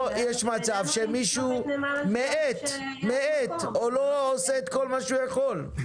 פה יש מצב שמישהו מאט או לא עושה את כל מה שהוא יכול.